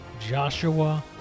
Joshua